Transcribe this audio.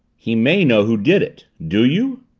he may know who did it. do you?